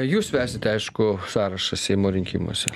jūs vesite aišku sąrašą seimo rinkimuose